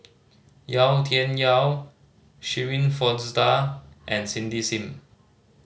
Yau Tian Yau Shirin Fozdar and Cindy Sim